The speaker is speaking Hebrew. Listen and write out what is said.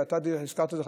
ואתה הזכרת את זה,